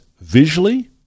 visually